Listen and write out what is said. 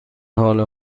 حال